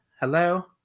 hello